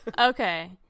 okay